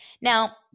Now